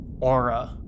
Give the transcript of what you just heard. aura